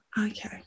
Okay